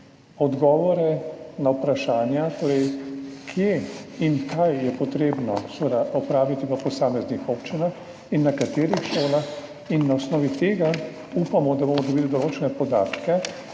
odgovore na vprašanja, kje in kaj je treba opraviti po posameznih občinah in na katerih šolah. Na osnovi tega upamo, da bomo dobili določene podatke,